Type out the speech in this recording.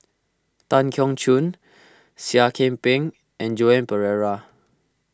Tan Keong Choon Seah Kian Peng and Joan Pereira